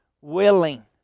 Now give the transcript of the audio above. willing